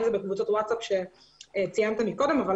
אם זה בקבוצות ווטסאפ שציינת קודם אבל